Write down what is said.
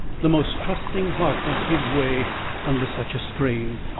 the most trusting heart must give way under such a strain.